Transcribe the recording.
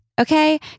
okay